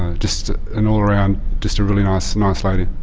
ah just an all around, just a really nice nice lady.